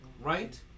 Right